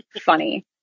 funny